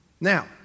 Now